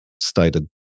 stated